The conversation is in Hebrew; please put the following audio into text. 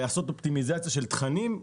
לעשות אופטימיזציה של תכנים.